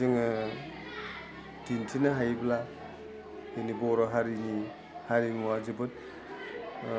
जोङो दिन्थिनो हायोब्ला जोंनि बर' हारिनि हारिमुवा जोबोद